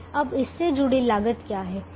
अब इससे जुड़ी लागत क्या है